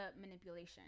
manipulation